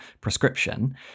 prescription